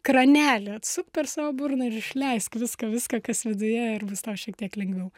kranelį atsuk per savo burną ir išleisk viską viską kas viduje ir bus tau šiek tiek lengviau